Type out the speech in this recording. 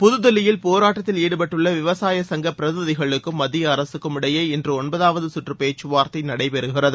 புதுதில்லியில் போராட்டத்தில் ஈடுபட்டுள்ள விவசாய சங்க பிரதிநிதிகளுக்கும் மத்திய அரசுக்கும் இடையே இன்று ஒன்பதாவது சுற்று பேச்சுவாரத்தை நடைபெறுகிறது